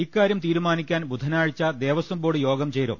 ഇക്കാര്യം തീരുമാനിക്കാൻ ബുധനാഴ്ച ദേവസ്വം ബോർഡ് യോഗം ചേരും